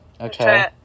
Okay